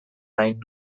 gain